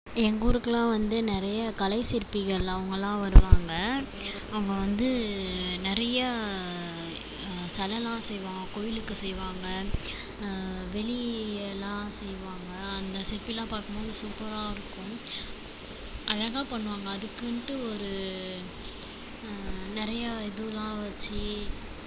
எங்கூருக்குல்லாம் வந்து நிறைய கலை சிற்பிகள் அவங்கள்லாம் வருவாங்க அவங்க வந்து நிறையா செலல்லாம் செய்வாங்கள் கோயிலுக்கு செய்வாங்கள் வெள்ளிலையெல்லாம் செய்வாங்கள் அந்த சிற்பில்லாம் பார்க்கும் போது சூப்பராக இருக்கும் அழகாக பண்ணுவாங்கள் அதுக்குன்ட்டு ஒரு நிறைய இதெலாம் வச்சு